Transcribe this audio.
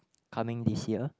coming this year